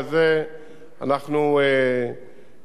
אנחנו פיתחנו תוכנית כוללת,